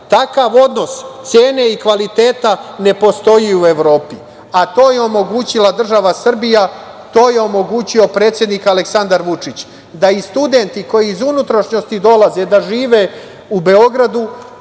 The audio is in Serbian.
Takav odnos cene i kvaliteta ne postoji u Evropi, a to je omogućila država Srbija, to je omogućio predsednik Aleksandar Vučić, da i studenti koji iz unutrašnjosti dolaze da žive u Beogradu,